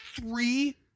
three